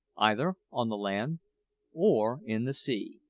either on the land or in the sea.